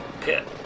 pit